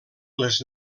les